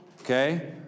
Okay